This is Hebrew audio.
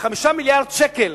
ב-5 מיליארדי שקלים